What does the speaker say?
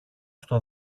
στο